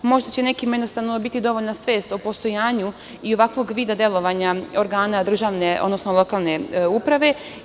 Možda će nekima biti dovoljna svest o postojanju i ovakvog vida delovanja organa državne, odnosno lokalne uprave.